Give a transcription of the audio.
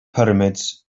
pyramids